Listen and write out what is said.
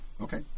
Okay